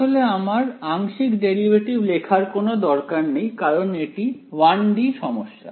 আসলে আমার আংশিক ডেরিভেটিভ লেখার কোনো দরকার নেই কারণ এটি 1 D সমস্যা